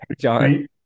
John